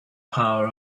power